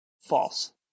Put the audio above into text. False